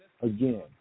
Again